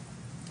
מאוד,